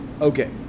okay